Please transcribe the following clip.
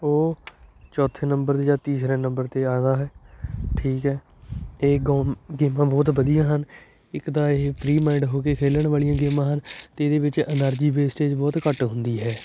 ਉਹ ਚੌਥੇ ਨੰਬਰ 'ਤੇ ਜਾਂ ਤੀਸਰੇ ਨੰਬਰ 'ਤੇ ਆਉਂਦਾ ਹੈ ਠੀਕ ਹੈ ਇਹ ਗੋ ਗੇਮਾਂ ਬਹੁਤ ਵਧੀਆ ਹਨ ਇੱਕ ਤਾਂ ਇਹ ਫਰੀ ਮਾਈਂਡ ਹੋ ਕੇ ਖੇਲਣ ਵਾਲੀਆਂ ਗੇਮਾਂ ਹਨ ਅਤੇ ਇਹਦੇ ਵਿੱਚ ਐਨਰਜੀ ਵੇਸਟਏਜ ਬਹੁਤ ਘੱਟ ਹੁੰਦੀ ਹੈ